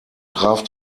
traf